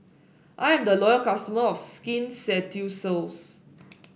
I am a loyal customer of Skin Ceuticals